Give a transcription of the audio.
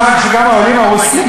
הוא אמר שגם העולים הרוסים,